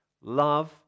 love